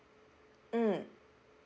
mm